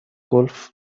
گلف